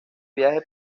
viaje